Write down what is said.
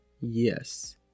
yes